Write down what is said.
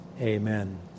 amen